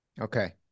Okay